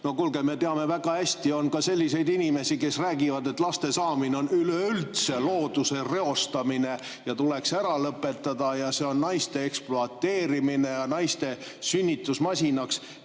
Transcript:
No kuulge, me teame väga hästi, on ka selliseid inimesi, kes räägivad, et laste saamine on üleüldse looduse reostamine ja tuleks ära lõpetada ja see on naiste ekspluateerimine, naiste sünnitusmasinaks